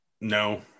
No